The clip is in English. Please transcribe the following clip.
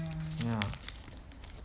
ya